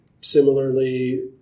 Similarly